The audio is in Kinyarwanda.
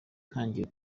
ntangira